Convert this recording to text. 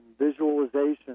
visualization